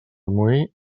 moí